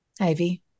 ivy